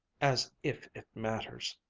as if it matters!